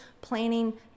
planning